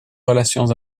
relations